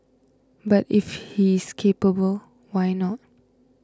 but if he is capable why not